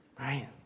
right